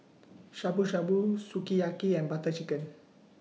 Shabu Shabu Sukiyaki and Butter Chicken